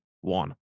one